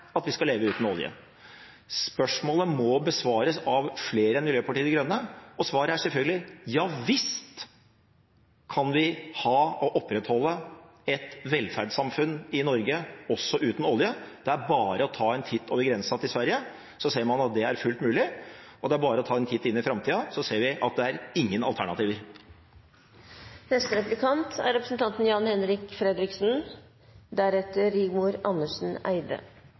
vi skal leve uten olje. Spørsmålet må besvares av flere enn Miljøpartiet De Grønne. Svaret er selvfølgelig: Ja visst kan vi ha og opprettholde et velferdssamfunn i Norge også uten olje! Det er bare å ta en titt over grensa til Sverige, så ser man at det er fullt mulig. Og det bare å ta en titt inn i framtida, så ser vi at det ikke er noen alternativer.